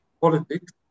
politics